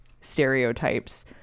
stereotypes